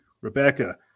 Rebecca